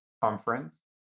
conference